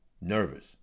nervous